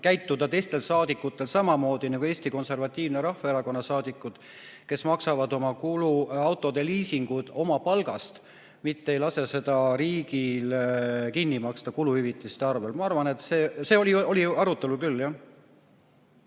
käituda teistel saadikutel samamoodi nagu Eesti Konservatiivse Rahvaerakonna saadikud, kes maksavad oma autode liisingud oma palgast, mitte ei lase seda riigil kinni maksta kuluhüvitiste arvel. See oli arutelul küll, jah.